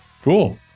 Cool